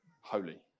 holy